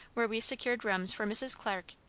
where we secured rooms for mrs. clarke,